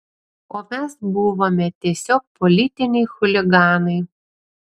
o mes buvome tiesiog politiniai chuliganai